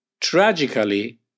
Tragically